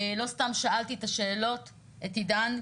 לא סתם שאלתי שאלות את עידן,